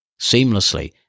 seamlessly